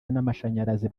n’amashanyarazi